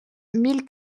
mille